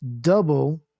double